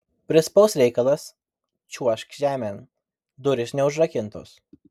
prispaus reikalas čiuožk žemėn durys neužrakintos